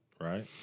right